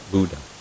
Buddha